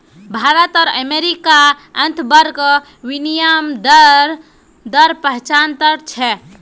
भारत आर अमेरिकार अंतर्बंक विनिमय दर पचाह्त्तर छे